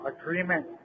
agreement